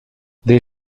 des